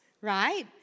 right